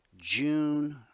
June